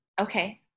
Okay